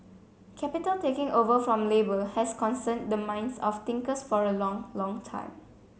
capital taking over from labour has concerned the minds of thinkers for a long long time